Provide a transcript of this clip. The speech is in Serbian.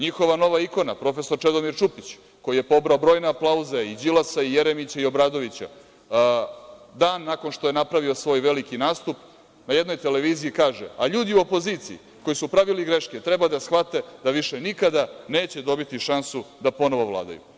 Njihova nova ikona profesor Čedomir Čupić, koji je pobrao brojne aplauze i Đilasa i Jeremića i Obradovića, dan nakon što je napravio svoj veliki nastup, na jednoj televiziji kaže: „A ljudi u opoziciji koji su pravili greške treba da shvate da više nikada neće dobiti šansu da ponovo vladaju“